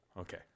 Okay